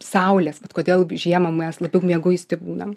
saulės kodėl žiemą mes labiau mieguisti būnam